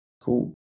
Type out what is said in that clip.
Cool